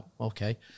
okay